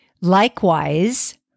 Likewise